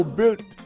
built